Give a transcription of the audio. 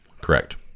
Correct